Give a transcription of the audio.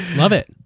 love it.